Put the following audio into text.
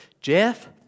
Jeff